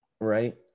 right